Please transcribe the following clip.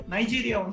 Nigeria